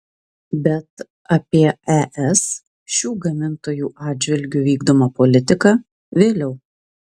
bet apie es šių gamintojų atžvilgiu vykdomą politiką vėliau